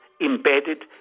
embedded